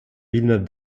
villeneuve